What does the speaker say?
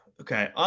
Okay